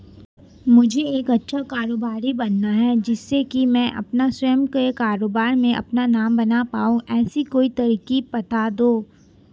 मुझे एक अच्छा कारोबारी बनना है जिससे कि मैं अपना स्वयं के कारोबार में अपना नाम बना पाऊं ऐसी कोई तरकीब पता दो?